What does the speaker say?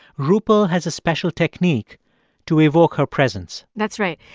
rupal has a special technique to evoke her presence that's right.